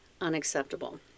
unacceptable